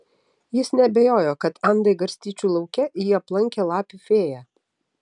jis neabejojo kad andai garstyčių lauke jį aplankė lapių fėja